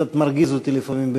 קצת מרגיז אותי לפעמים,